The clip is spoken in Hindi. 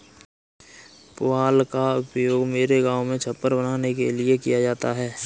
पुआल का उपयोग मेरे गांव में छप्पर बनाने के लिए किया जाता है